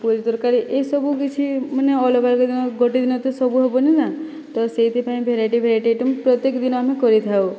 ପୁରୀ ତରକାରୀ ଏଇସବୁ କିଛି ମାନେ ଅଲଗା ଅଲଗା ଦିନ ଗୋଟିଏ ଦିନ ତ ସବୁ ହେବନି ନା ତ ସେଇଥିପାଇଁ ଭେରାଇଟି ଭେରାଇଟି ଆଇଟମ୍ ପ୍ରତ୍ୟେକ ଦିନ ଆମେ କରିଥାଉ